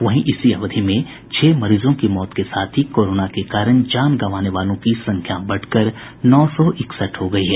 वहीं इसी अवधि में छह मरीजों की मौत के साथ ही कोरोना के कारण जान गंवाने वालों की संख्या बढ़कर नौ सौ इकसठ हो गयी है